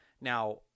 Now